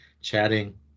chatting